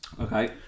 Okay